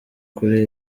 kuri